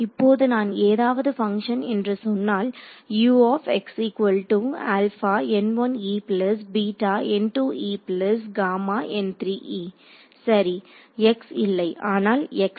இப்போது நான் ஏதாவது பங்ஷன் என்று சொன்னால் சரி x இல்லை ஆனால் x y